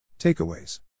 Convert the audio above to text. Takeaways